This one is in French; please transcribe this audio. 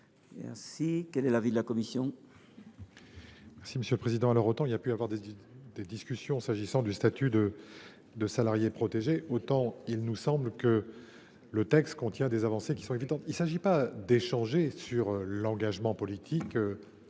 Miquelon. Quel est l’avis de la commission ?